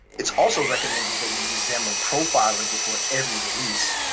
it's also recommended that we use xamarin profiler before every release.